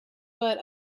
but